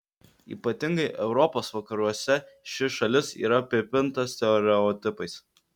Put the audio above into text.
ypatingai europos vakaruose ši šalis yra apipinta stereotipais